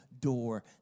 door